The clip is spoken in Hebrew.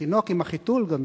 התינוק עם החיתול גם,